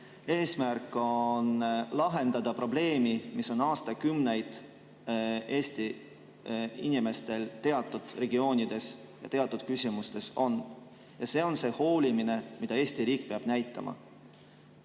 Eesmärk on lahendada probleem, mis on Eesti inimestel teatud regioonides ja teatud küsimustes aastakümneid, ja see on see hoolimine, mida Eesti riik peab näitama.